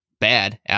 bad